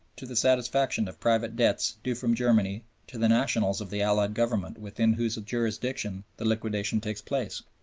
to the satisfaction of private debts due from germany to the nationals of the allied government within whose jurisdiction the liquidation takes place,